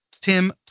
tim